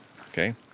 okay